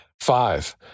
five